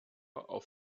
auf